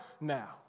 now